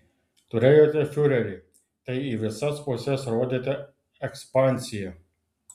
turėjote fiurerį tai į visas puses rodėte ekspansiją